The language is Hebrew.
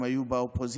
הם היו באופוזיציה.